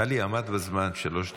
טלי, עמדת בזמן, שלוש דקות.